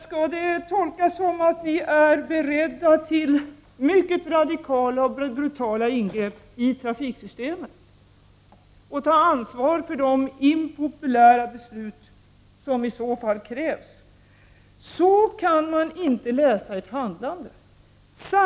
Skall det tolkas som att ni är beredda till mycket radikala och brutala ingrepp i trafiksystemet och till att ta ansvar för de impopulära beslut som i så fall krävs? Så kan man inte läsa ett handlingsprogram.